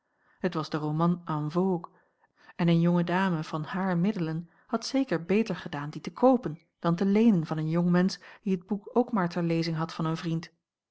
het was de roman en vogue en eene jonge dame van hare middelen had zeker beter gedaan dien te koopen dan te leenen van een jonga l g bosboom-toussaint langs een omweg mensch die het boek ook maar ter lezing had van een vriend